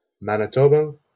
Manitoba